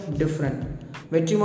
different